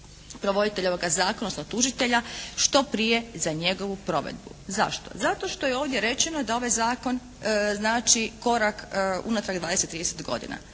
provoditelja ovoga zakona odnosno tužitelja što prije za njegovu provedbu. Zašto? Zato što je ovdje rečeno da ovaj zakon znači korak unatrag 20, 30 godina.